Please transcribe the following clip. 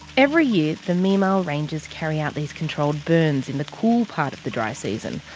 every year the mimal rangers carry out these controlled burns in the cool part of the dry season,